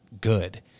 good